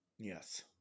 Yes